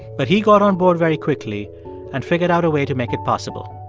but he got on board very quickly and figured out a way to make it possible.